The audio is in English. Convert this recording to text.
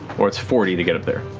or it's forty to get up there.